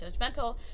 judgmental